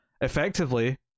effectively